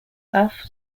arthur